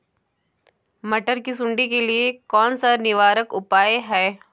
मटर की सुंडी के लिए कौन सा निवारक उपाय है?